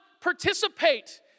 participate